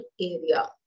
area